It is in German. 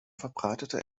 verbreitete